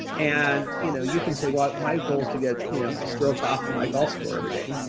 and you know you can say what my goal is to get you know a stroke off my golf score every day.